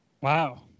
Wow